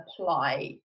apply